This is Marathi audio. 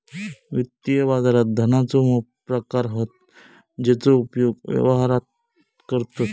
वित्तीय बाजारात धनाचे मोप प्रकार हत जेचो उपयोग व्यवहारात करतत